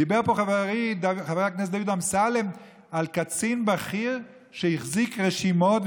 דיבר פה חברי חבר הכנסת אמסלם על קצין בכיר שהחזיק רשימות,